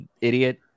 idiot